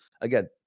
again